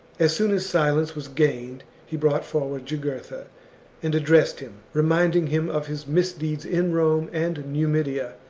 as soon as silence was gained he brought forward jugurtha and addressed him, reminding him of his misdeeds in rome and numidia,